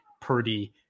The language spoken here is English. Purdy